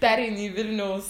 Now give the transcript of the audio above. pereini į vilnius